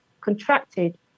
contracted